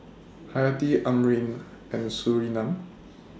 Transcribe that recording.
Hayati Amrin and Surinam